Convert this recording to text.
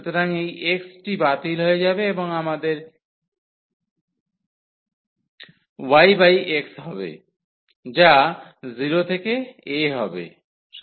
সুতরাং এই x টি বাতিল হয়ে যাবে এবং আমাদের yx হবে যা 0 থেকে a হবে